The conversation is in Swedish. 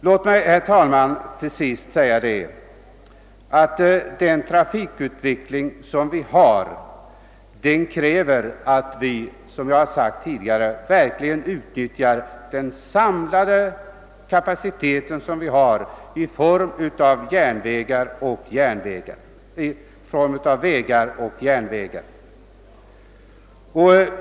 Låt mig, herr talman, än en gång upprepa att trafikutvecklingen i landet kräver ett optimalt utnyttjande av vår samlade kapacitet i form av vägar och järnvägar.